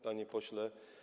Panie Pośle!